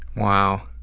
wow.